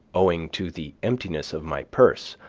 owing to the emptiness of my purse,